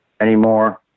anymore